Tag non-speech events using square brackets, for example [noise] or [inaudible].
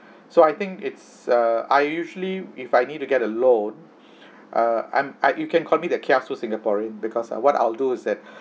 so I think it's I usually if I need to get a loan [breath] uh I'm I you can call me the kiasu singaporean because uh what I'll do is that